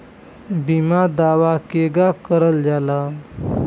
बीमा दावा केगा करल जाला?